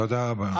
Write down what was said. תודה רבה.